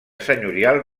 senyorial